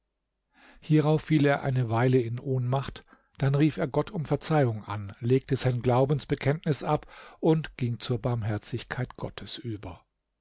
hierauf fiel er eine weile in ohnmacht dann rief er gott um verzeihung an legte sein glaubensbekenntnis ab und ging zur barmherzigkeit gottes über